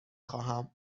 خواهم